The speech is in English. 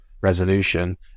resolution